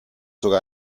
sogar